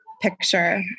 picture